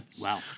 Wow